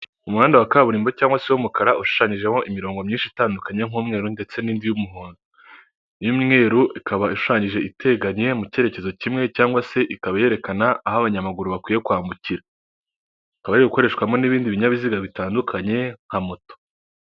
Umuhanda wa kaburimbo cyangwa se w'umukara ushushanyijemo imirongo myinshi itandukanye, nk'umweru ndetse n'indi y'umuhondo, iy'umweru ikaba ishushanyije iteganye mu kerekezo kimwe cyangwa se ikaba yerekana aho abanyamaguru bakwiye kwambukira, hakaba hari gukoreshwamo n'ibindi binyabiziga bitandukanye nka moto.